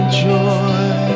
joy